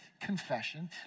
confession